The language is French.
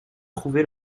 trouvé